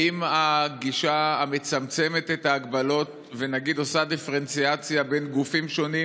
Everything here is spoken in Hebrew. האם הגישה המצמצמת את ההגבלות ונגיד עושה דיפרנציאציה בין גופים שונים,